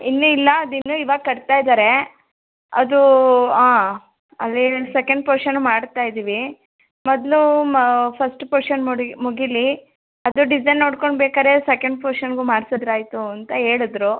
ಇನ್ನೂ ಇಲ್ಲ ಅದು ಇನ್ನೂ ಇವಾಗ ಕಟ್ತಾ ಇದ್ದಾರೆ ಅದು ಆಂ ಅಲ್ಲಿ ಸೆಕೆಂಡ್ ಪೋಶನ್ ಮಾಡ್ತಾ ಇದ್ದೀವಿ ಮೊದಲು ಮ ಫಸ್ಟ್ ಪೋಶನ್ ಮೋಡಿಗೆ ಮುಗಿಲಿ ಅದು ಡಿಸೈನ್ ನೋಡ್ಕೊಂಡು ಬೇಕಾರೆ ಸೆಕೆಂಡ್ ಪೋಶನ್ಗೂ ಮಾಡಿಸಿದ್ರಾಯ್ತು ಅಂತ ಹೇಳಿದ್ರು